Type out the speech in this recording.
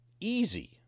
easy